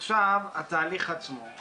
עכשיו התהליך עצמו.